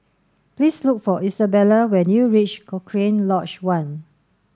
please look for Isabella when you reach Cochrane Lodge One